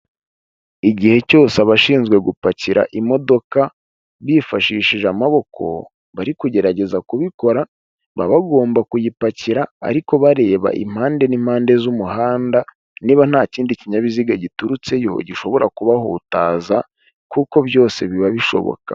Igihe cyose abashinzwe gupakira imodoka bifashishije amaboko bari kugerageza kubikora, baba bagomba kuyipakira ariko bareba impande n'impande z'umuhanda niba nta kindi kinyabiziga giturutseyo gishobora kubahutaza, kuko byose biba bishoboka.